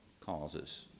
causes